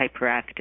hyperactive